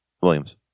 Williams